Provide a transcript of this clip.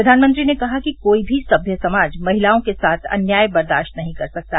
प्रवानमंत्री ने कहा कि कोई भी सम्य समाज महिलाओं के साथ अन्याय बर्दास्त नहीं कर सकता